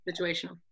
Situational